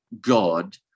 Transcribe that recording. God